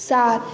सात